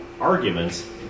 arguments